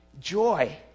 joy